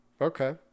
Okay